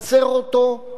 להפוך אותו לחוק-יסוד.